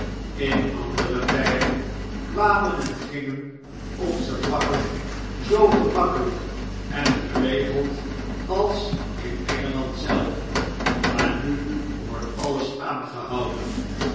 in andere tyden kwamen engingenonze pakken zoo gemakkelijk en geregeld als in engeland zelf maar nu wordt alles aangehouden